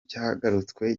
cyagarutsweho